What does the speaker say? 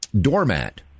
doormat